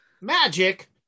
magic